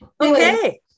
okay